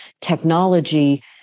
technology